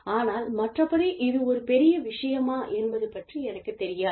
ஆனால் மற்றபடி இது ஒரு பெரிய விஷயமா என்பது பற்றி எனக்குத் தெரியாது